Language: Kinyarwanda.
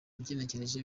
ugenekereje